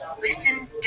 Listen